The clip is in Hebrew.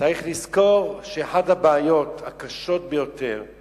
צריך לזכור שאחת הבעיות הקשות ביותר היא